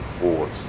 force